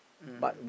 mm